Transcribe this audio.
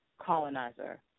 colonizer